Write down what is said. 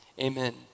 Amen